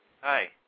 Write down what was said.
Hi